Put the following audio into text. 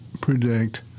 predict